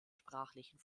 sprachlichen